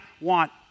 want